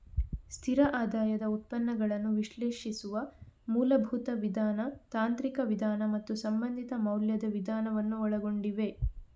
ಸ್ಥಿರ ಆದಾಯದ ಉತ್ಪನ್ನಗಳನ್ನು ವಿಶ್ಲೇಷಿಸುವ ಮೂಲಭೂತ ವಿಧಾನ, ತಾಂತ್ರಿಕ ವಿಧಾನ ಮತ್ತು ಸಂಬಂಧಿತ ಮೌಲ್ಯದ ವಿಧಾನವನ್ನು ಒಳಗೊಂಡಿವೆ